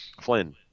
Flynn